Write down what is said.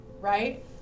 right